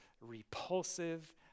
repulsive